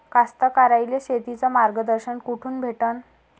कास्तकाराइले शेतीचं मार्गदर्शन कुठून भेटन?